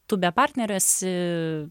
tu be partnerio esi